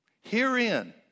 Herein